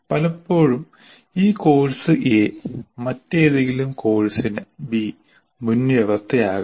പലപ്പോഴും ഈ course A മറ്റേതെങ്കിലും കോഴ്സിന് B മുൻവ്യവസ്ഥയാകാം